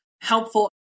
helpful